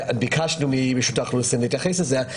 ביקשנו מרשות האוכלוסין להתייחס לזה,